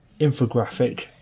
infographic